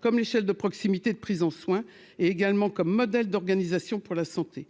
comme l'échelle de proximité de prise en soins et également comme modèle d'organisation pour la santé,